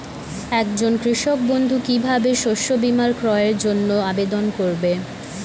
একজন কৃষক বন্ধু কিভাবে শস্য বীমার ক্রয়ের জন্যজন্য আবেদন করবে?